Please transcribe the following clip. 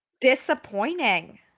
disappointing